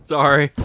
Sorry